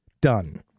done